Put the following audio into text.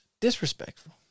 Disrespectful